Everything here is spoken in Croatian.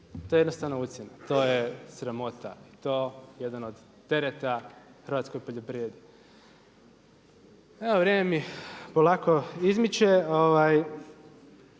To je jednostavno ucjena, to je sramota, to jedan od tereta hrvatske poljoprivrede. Evo vrijeme mi polako izmiče.